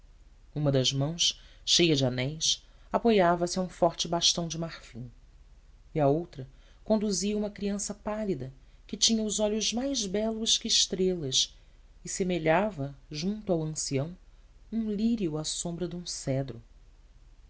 uma das mãos cheia de anéis apoiava se a um forte bastão de marfim e a outra conduzia uma criança pálida que tinha os olhos mais belos que estrelas e semelhava junto ao ancião um lírio à sombra de um cedro